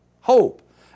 Hope